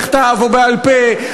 בכתב או בעל-פה,